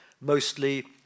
mostly